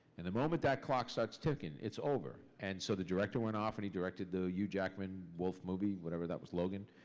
and the moment that clock starts ticking, it's over. and so the director went off, and he directed the hugh jackman wolf movie, whatever that was, logan?